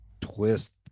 twist